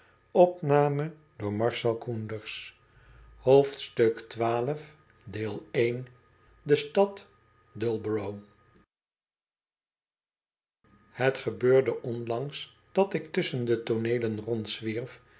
mi stad dullborough het gebeurde onlangs dat ik tusschen de tooneelen rondzwierf